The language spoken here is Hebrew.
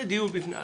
זה דיון בפני עצמו.